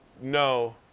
no